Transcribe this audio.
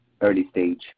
early-stage